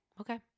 Okay